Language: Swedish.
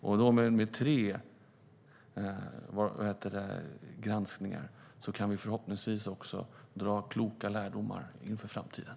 Om det är tre granskningar kan vi förhoppningsvis dra kloka lärdomar inför framtiden.